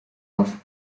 off